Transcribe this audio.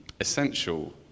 essential